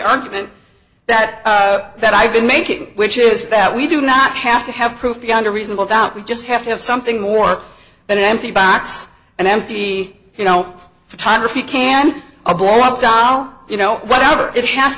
argument that that i've been making which is that we do not have to have proof beyond a reasonable doubt we just have to have something more than an empty box and empty you know photography can abort down you know whatever it has